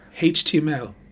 HTML